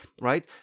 right